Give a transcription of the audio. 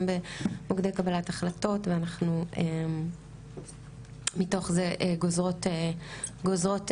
גם במוקדי קבלת החלטות ואנחנו מתוך זה גוזרות מדיניות.